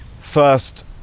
First